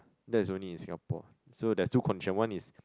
that is only in Singapore so there's two condition one is